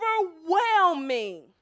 overwhelming